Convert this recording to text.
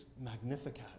Magnificat